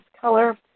color